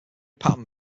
pattern